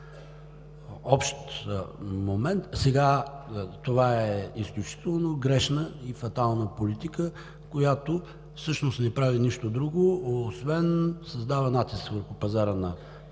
общ момент, сега това е изключително грешна и фатална политика, която всъщност не прави нищо друго освен да създава натиск върху пазара на